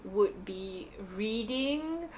would be reading